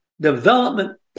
Development